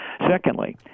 Secondly